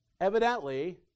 Evidently